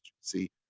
see